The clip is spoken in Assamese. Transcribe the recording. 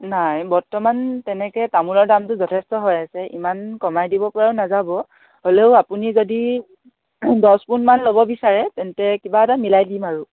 নাই বৰ্তমান তেনেকৈ তামোলৰ দামটো যথেষ্ট হৈ আছে ইমান কমাই দিব পৰাও নাযাব হ'লেও আপুনি যদি দহপোন মান ল'ব বিচাৰে তেন্তে কিবা এটা মিলাই দিম আৰু